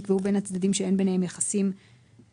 נקבעו בין צדדים שאין ביניהם יחסים מיוחדים.